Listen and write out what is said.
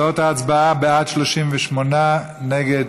תוצאות ההצבעה: בעד, 38, נגד,